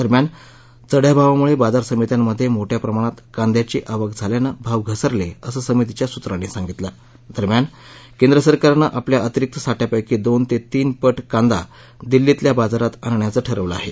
दरम्यान चढ्या भावामुळे बाजार समित्यांमध्ये मोठया प्रमाणात कांद्याची आवक झाल्याने भाव घसरले असे समितीच्या सूत्रांनी सांगितलं दरम्यान केंद्र सरकारनं आपल्या अतिरिक्त साठ्यापैकी दोन ते तीन पट कांदा दिल्लीतील बाजारात आणण्याचं ठरवलं आहे